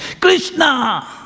Krishna